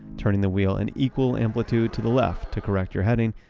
turning the wheel in equal amplitude to the left to correct your heading,